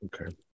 Okay